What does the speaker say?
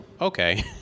okay